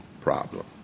problem